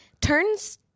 turns